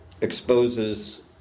exposes